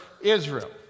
Israel